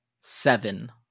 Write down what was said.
seven